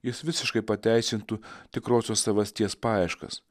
jis visiškai pateisintų tikrosios savasties paieškas